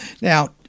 Now